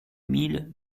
mille